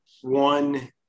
One